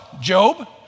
Job